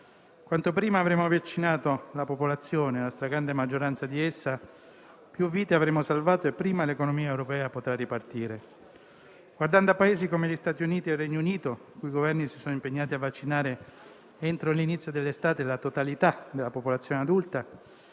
Quanto prima avremo vaccinato la popolazione, la stragrande maggioranza di essa, più vite avremo salvato e prima l'economia europea potrà ripartire. Guardando a Paesi come gli Stati Uniti e il Regno Unito, i cui Governi si sono impegnati a vaccinare entro l'inizio dell'estate la totalità della popolazione adulta,